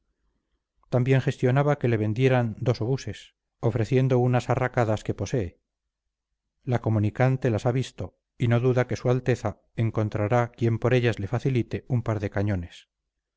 también gestionaba que le vendieran dos obuses ofreciendo unas arracadas que posee la comunicante las ha visto y no duda que su alteza encontrará quien por ellas le facilite un par de cañones